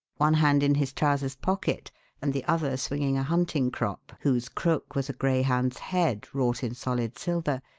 one hand in his trousers pocket and the other swinging a hunting crop whose crook was a greyhound's head wrought in solid silver,